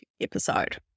episode